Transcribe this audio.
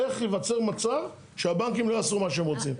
איך ייווצר מצב שהבנקים לא יעשו מה שהם רוצים.